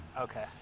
Okay